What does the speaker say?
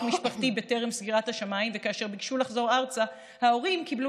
משפחתי טרם סגירת השמיים וכאשר ביקשו לחזור ארצה ההורים קיבלו